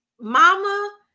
mama